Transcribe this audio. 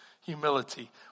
Humility